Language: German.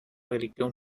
religion